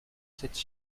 cette